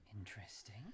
Interesting